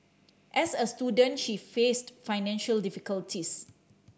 as a student she faced financial difficulties